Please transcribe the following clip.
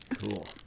Cool